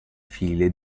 file